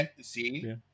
See